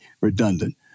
redundant